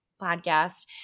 podcast